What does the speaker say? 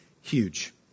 huge